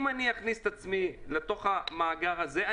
אם אני אכניס את עצמי לתוך המאגר הזה,